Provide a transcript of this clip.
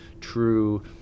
true